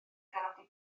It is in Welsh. adeiladu